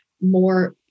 more